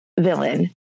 villain